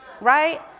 right